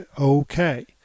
okay